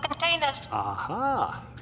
Aha